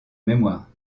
mémoire